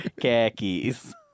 Khakis